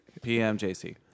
PMJC